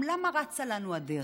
למה אצה לנו הדרך?